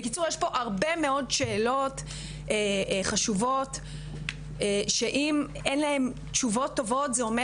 בקיצור יש פה הרבה מאוד שאלות חשובות שאם אין להם תשובות טובות זה אומר